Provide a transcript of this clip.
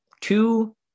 two